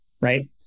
right